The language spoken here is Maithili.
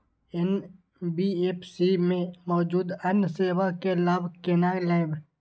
एन.बी.एफ.सी में मौजूद अन्य सेवा के लाभ केना लैब?